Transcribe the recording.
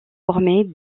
former